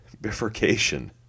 bifurcation